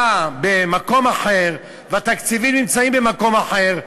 במקום אחר והתקציבים נמצאים במקום אחר,